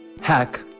Hack